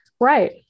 Right